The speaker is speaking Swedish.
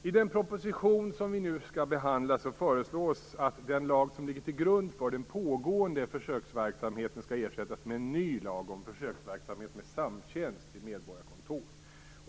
I den proposition som vi nu skall behandla föreslås att den lag som ligger till grund för den pågående försöksverksamheten skall ersättas med en ny lag om försöksverksamhet med samtjänst vid medborgarkontor.